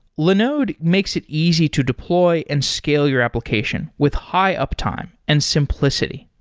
linode makes it easy to deploy and scale your application with high-uptime and simplicity.